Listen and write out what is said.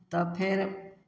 तब फेर